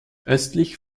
östlich